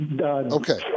Okay